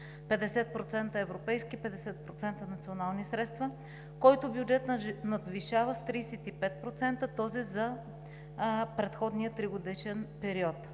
50% европейски и 50% национални средства, който бюджет надвишава с 35% този за предходния тригодишен период.